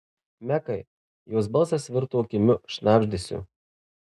mekai jos balsas virto kimiu šnabždesiu